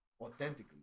authentically